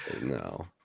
no